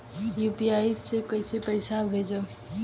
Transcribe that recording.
UPI से कईसे पैसा भेजब?